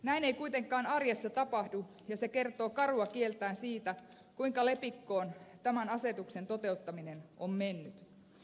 näin ei kuitenkaan arjessa tapahdu ja se kertoo karua kieltä siitä kuinka lepikkoon tämän asetuksen toteuttaminen on mennyt